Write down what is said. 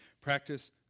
practice